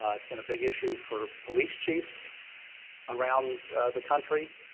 ah it's been a big issue for police chiefs around the country.